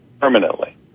permanently